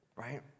right